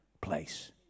place